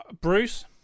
Bruce